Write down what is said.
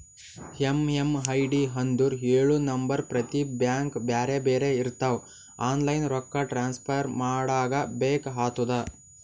MMID ಅಂದುರ್ ಎಳು number ಪ್ರತಿ ಬ್ಯಾಂಕ್ಗ ಬ್ಯಾರೆ ಬ್ಯಾರೆ ಇರ್ತಾವ್ ಆನ್ಲೈನ್ ರೊಕ್ಕಾ ಟ್ರಾನ್ಸಫರ್ ಮಾಡಾಗ ಬೇಕ್ ಆತುದ